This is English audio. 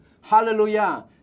Hallelujah